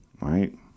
right